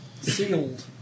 sealed